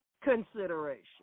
consideration